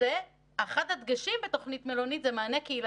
אחד הדגשים בתוכנית מלונית זה מענה קהילתי,